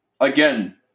Again